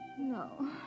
No